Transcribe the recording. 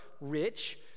rich